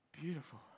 beautiful